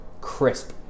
crisp